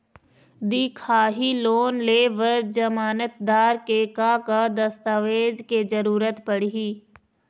दिखाही लोन ले बर जमानतदार के का का दस्तावेज के जरूरत पड़ही?